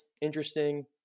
Interesting